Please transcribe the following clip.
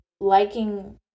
liking